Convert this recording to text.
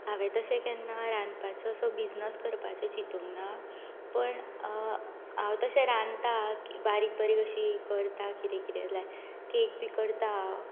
हांवें तशें केन्ना रांदपाचो असो बिझनेस करपाचें चिंतूंक ना पण हांव तशें रांदतां बारीक बारीक अशी करता कितें कितें कॅक बी करतां हांव